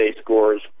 scores